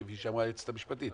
כפי שאמרה היועצת המשפטית